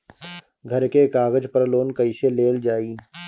घर के कागज पर लोन कईसे लेल जाई?